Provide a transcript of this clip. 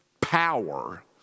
power